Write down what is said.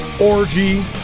Orgy